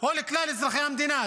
הוא לכלל אזרחי המדינה.